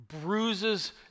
bruises